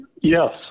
Yes